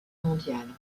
mondiale